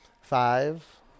Five